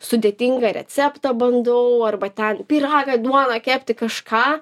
sudėtingą receptą bandau arba ten pyragą duoną kepti kažką